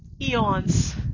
eons